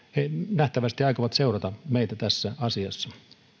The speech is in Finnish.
nähtävästi aikovat seurata meitä tässä asiassa